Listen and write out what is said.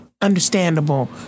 understandable